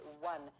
one